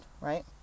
right